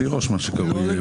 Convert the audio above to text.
לא 80,